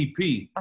EP